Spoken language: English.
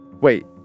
Wait